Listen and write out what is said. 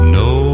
no